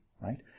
right